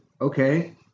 Okay